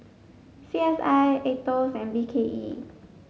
C S I AETOS and B K E